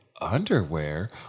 underwear